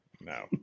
No